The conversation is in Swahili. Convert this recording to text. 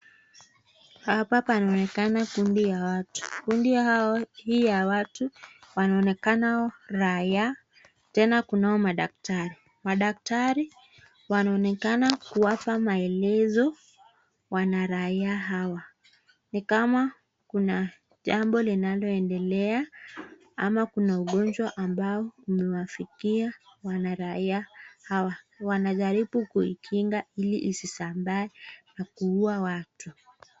Hapa panaonekana kundi ya watu. Kundi hii ya watu wanaonekana raia tena kunao madaktari. Madaktari wanaonekana kuwapa maelezo wanaraia hawa. Ni kama kuna jambo linaloendelea ama kuna ugonjwa ambao umewafikia wanaraia hawa. Wanajaribu kuikinga ili isisambae na kuua watu.